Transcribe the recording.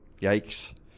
yikes